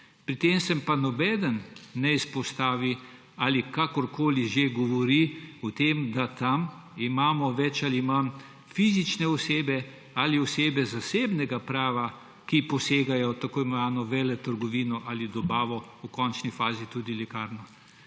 Pri tem se pa nihče ne izpostavi ali kakorkoli govori o tem, da imamo tam bolj ali manj fizične osebe ali osebe zasebnega prava, ki posegajo v tako imenovano veletrgovino ali dobavo, v končni fazi tudi lekarno,